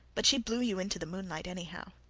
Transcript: but she blew you into the moonlight, anyhow.